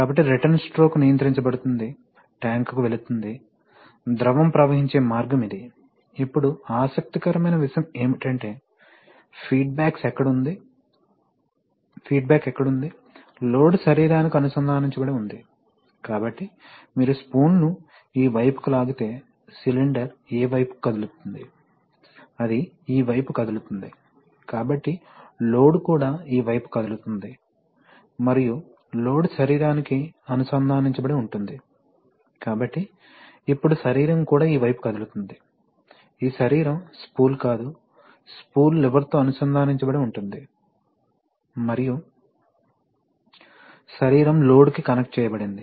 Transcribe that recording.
కాబట్టి return stroke నియంత్రించబడుతుంది ట్యాంకుకు వెళుతుంది ద్రవం ప్రవహించే మార్గం ఇది ఇప్పుడు ఆసక్తికరమైన విషయం ఏమిటంటేఫీడ్బ్యాక్ ఎక్కడ ఉంది లోడ్ శరీరానికి అనుసంధానించబడి ఉంది కాబట్టి మీరు స్పూల్ను ఈ వైపుకు లాగితే సిలిండర్ ఏ వైపుకు కదులుతుంది అది ఈ వైపు కదులుతుందికాబట్టి లోడ్ కూడా ఈ వైపు కదులుతుంది మరియు లోడ్ శరీరానికి అనుసంధానించబడి ఉంటుంది కాబట్టి ఇప్పుడు శరీరం కూడా ఈ వైపు కదులుతుంది ఈ శరీరం స్పూల్ కాదు స్పూల్ లివర్తో అనుసంధానించబడి ఉంటుంది మరియు శరీరం లోడ్ కి కనెక్ట్ చేయబడింది